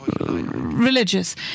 religious